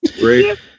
Great